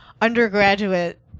undergraduate